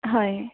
হয়